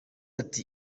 ati